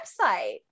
website